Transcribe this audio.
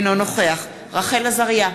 אינו נוכח רחל עזריה,